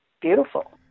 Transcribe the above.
beautiful